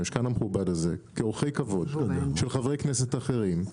המשכן המכובד הזה כאורחי כבוד של חברי כנסת אחרים,